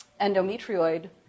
endometrioid